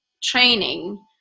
training